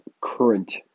current